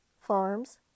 farms